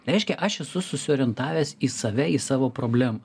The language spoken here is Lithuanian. reiškia aš esu susiorientavęs į save į savo problemą